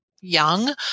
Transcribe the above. young